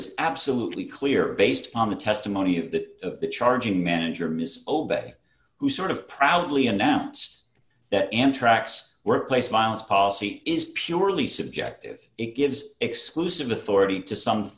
is absolutely clear based on the testimony of that of the charging manager ms obey who sort of proudly announced that antrax workplace violence policy is purely subjective it gives exclusive authority to some